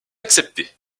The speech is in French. acceptée